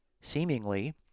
seemingly